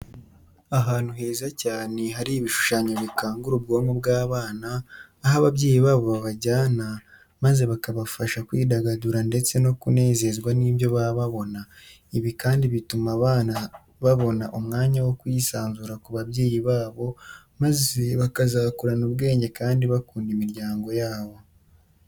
Ahantu heza cyane hari ibishushanyo bikangura ubwonko bw'abana, aho babyeyi babo babajyana maze bakabafasha twidagagura ndetse nokunezezwa n'ibyo baba babona. ibi kandi bituma abana babona umwanya wo kwisanzura ku babyeyi babo maze bakazakurana ubwenge kandi bakunda imiryango yabo.